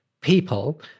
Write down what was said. people